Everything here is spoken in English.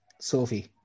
Sophie